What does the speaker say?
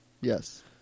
Yes